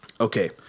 Okay